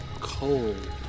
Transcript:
cold